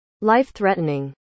life-threatening